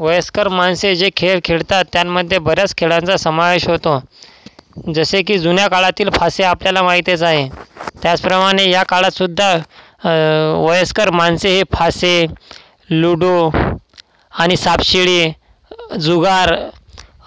वयस्कर माणसे जे खेळ खेळतात त्यांमध्ये बऱ्याच खेळांचा समावेश होतो जसे की जुन्या काळातील फासे आपल्याला माहीतच आहे त्याचप्रमाणे या काळातसुद्धा वयस्कर माणसे हे फासे लुडो आणि सापशिडी जुगार